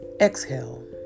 exhale